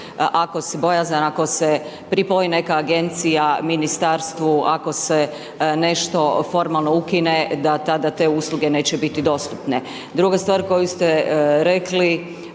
bojazan, ako se pripoji neka agencija ministarstvu, ako se nešto formalno ukine, da tada te usluge neće biti dostupne. Druga stvar koju ste rekli,